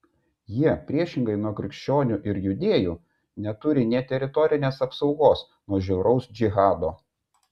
jie priešingai nuo krikščionių ir judėjų neturi nė teritorinės apsaugos nuo žiauraus džihado